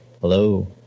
Hello